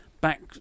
back